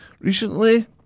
recently